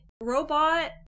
robot